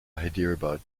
hyderabad